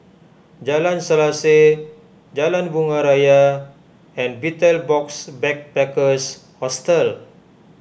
Jalan Selaseh Jalan Bunga Raya and Betel Box Backpackers Hostel